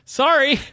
sorry